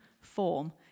form